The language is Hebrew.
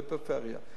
בפריפריה.